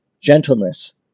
gentleness